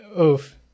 Oof